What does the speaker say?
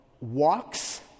walks